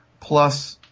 plus